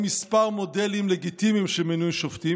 כמה מודלים לגיטימיים של מינוי שופטים,